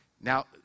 now